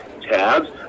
tabs